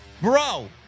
Bro